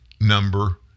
number